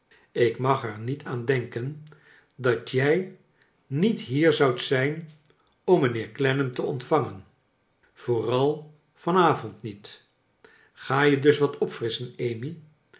ik mag er niet aan denken dat jij niet hier zoudi zijn om mijnheer clennam te ontvangen vooral van avond niet ga je dus wat opfrisschen amy